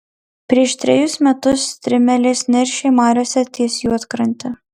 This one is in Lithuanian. prieš trejus metus strimelės neršė mariose ties juodkrante